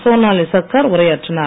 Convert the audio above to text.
சோனாலி சர்க்கார் உரையாற்றினார்